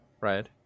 right